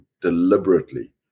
deliberately